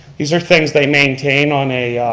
these are things they maintain on a